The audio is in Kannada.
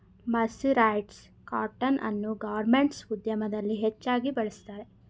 ಮರ್ಸಿರೈಸ್ಡ ಕಾಟನ್ ಅನ್ನು ಗಾರ್ಮೆಂಟ್ಸ್ ಉದ್ಯಮದಲ್ಲಿ ಹೆಚ್ಚಾಗಿ ಬಳ್ಸತ್ತರೆ